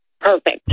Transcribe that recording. Perfect